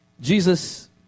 Jesus